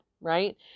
right